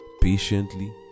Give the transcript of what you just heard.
patiently